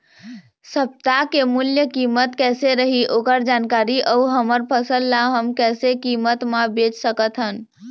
सप्ता के मूल्य कीमत कैसे रही ओकर जानकारी अऊ हमर फसल ला हम कैसे कीमत मा बेच सकत हन?